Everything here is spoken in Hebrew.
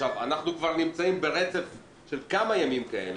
אנחנו נמצאים ברצף של כמה ימים כאלה.